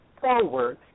forward